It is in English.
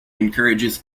encourages